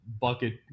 bucket